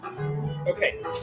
Okay